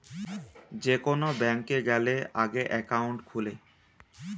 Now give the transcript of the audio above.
যে কোন ব্যাংকে গ্যালে আগে একাউন্ট খুলে